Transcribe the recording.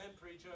preacher